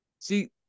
See